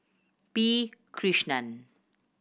P Krishnan